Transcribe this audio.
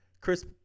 Chris